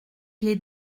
les